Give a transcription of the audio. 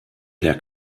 der